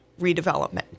redevelopment